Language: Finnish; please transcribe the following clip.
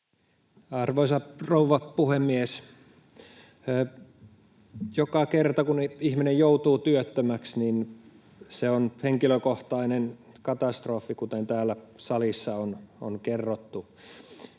Arvoisa rouva puhemies! Joka kerta, kun ihminen joutuu työttömäksi, se on henkilökohtainen katastrofi, kuten täällä salissa on kerrottu.